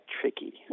tricky